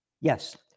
Yes